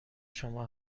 شما